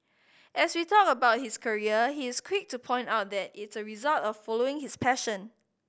as we talk about his career he is quick to point out that it result of following his passion